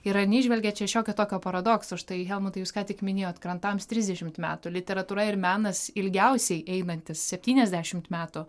ir ar neįžvelgiat čia šiokio tokio paradokso štai helmutai jūs ką tik minėjot krantams trisdešimt metų literatūra ir menas ilgiausiai einantis septyniasdešimt metų